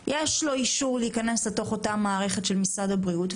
יש לו אישור להיכנס למערכת של משרד הבריאות,